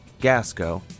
Gasco